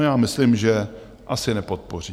No, já myslím, že asi nepodpoří.